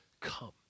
come